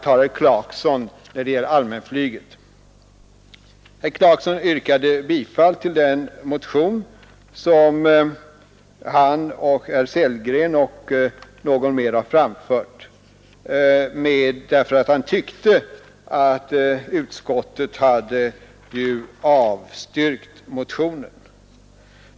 Herr Clarkson talade om allmänflyget och yrkade bifall till den motion som han och herrar Sellgren, Brundin och Gernandt har framfört, därför att han tyckte att utskottet hade avstyrkt motionen.